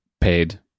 paid